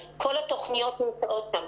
אז כל התוכניות נמצאות שם,